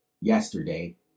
yesterday